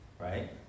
right